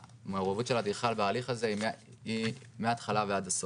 שהמעורבות של האדריכל בהליך הזה היא מהתחלה ועד הסוף,